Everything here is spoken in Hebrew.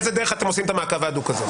באיזו דרך אתם עושים את המעקב ההדוק הזה?